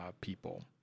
people